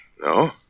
No